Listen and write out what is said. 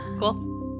Cool